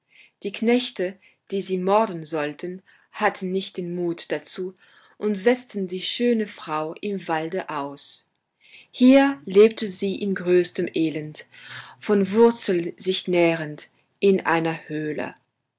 die knechte die sie morden sollten hatten nicht den mut dazu und setzten die schöne frau im walde aus hier lebte sie in größtem elend von wurzeln sich nährend in einer höhle